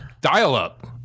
dial-up